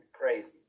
crazy